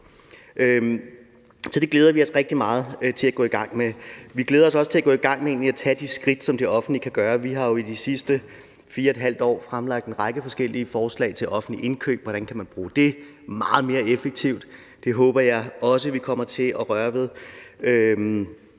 Så det glæder vi os rigtig meget til at gå i gang med. Kl. 12:40 Vi glæder os også til at gå i gang med at tage de skridt, som det offentlige kan tage. Vi har jo i de sidste 4½ år fremlagt en række forskellige forslag til offentligt indkøb, altså hvordan man kan bruge det meget mere effektivt. Det håber jeg også at vi kommer til at røre ved.